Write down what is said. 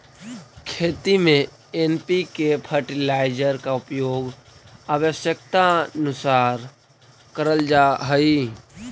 खेती में NPK fertiliser का उपयोग आवश्यकतानुसार करल जा हई